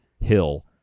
hill